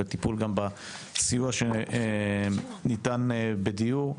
וטיפול גם בסיוע שניתן בדיור.